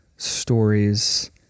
stories